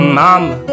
mama